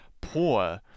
poor